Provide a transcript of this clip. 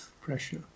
Pressure